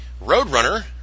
roadrunner